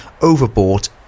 overbought